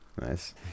Nice